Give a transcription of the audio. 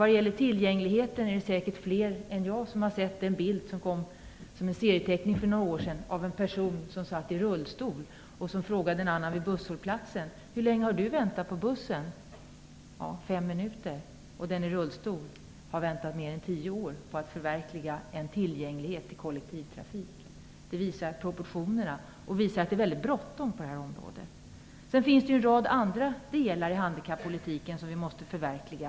Vad gäller tillgängligheten är det säkert fler än jag som för några år sedan såg en bild på en serieteckning. Det var en bild på en person som satt i rullstol och som frågade en annan person på en busshållplats: Hur länge har du väntat på bussen? Fem minuter, blev svaret. Personen i rullstol däremot har väntat i mer än tio år på förverkligandet av tillgänglighet i kollektivtrafiken! Detta visar på proportionerna här och på att det är väldigt bråttom att göra något på detta område. Sedan finns det en rad annat i handikappolitiken som måste förverkligas.